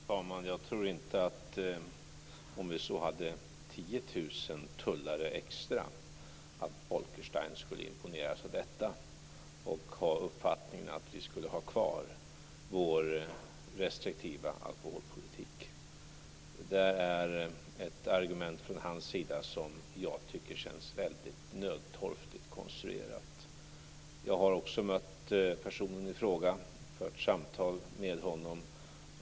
Fru talman! Jag tror inte att Bolkenstein om vi så hade 10 000 tullare extra skulle imponeras av detta och ha uppfattningen att vi skulle ha kvar vår restriktiva alkoholpolitik. Det är ett argument från hans sida som jag tycker känns väldigt nödtorftigt konstruerat. Jag har också mött personen i fråga och fört samtal med honom.